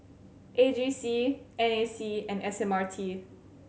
A G C N A C and S M R T